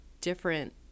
different